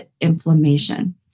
inflammation